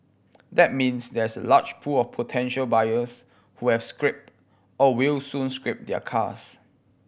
that means there is a large pool of potential buyers who have scrapped or will soon scrap their cars